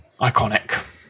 iconic